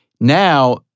Now